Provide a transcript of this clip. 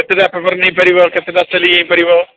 ସେଥିରେ ଆପଣଙ୍କର ନେଇପାରିବ କେତେଟା ସେଲିଙ୍ଗ୍ ହୋଇ ପାରିବ